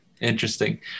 Interesting